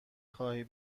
خواهی